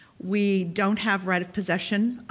we don't have right of possession,